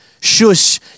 shush